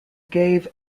gave